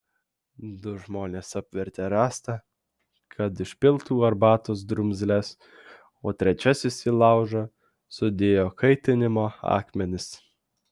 du žmonės apvertė rąstą kad išpiltų arbatos drumzles o trečiasis į laužą sudėjo kaitinimo akmenis